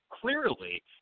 clearly